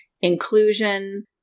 inclusion